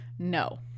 no